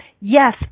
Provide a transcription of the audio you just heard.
Yes